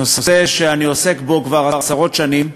נושא שאני עוסק בו כבר עשרות שנים,